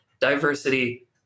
diversity